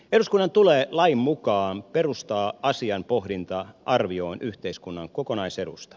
eduskunnan tulee lain mukaan perustaa asian pohdinta arvioon yhteiskunnan kokonaisedusta